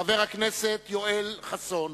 חבר הכנסת יואל חסון,